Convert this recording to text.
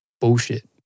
bullshit